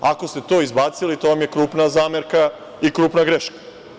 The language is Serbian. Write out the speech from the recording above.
Ako ste to izbacili, to vam je krupna zamerka i krupna greška.